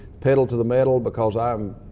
pedal to the metal because i am